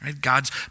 God's